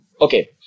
Okay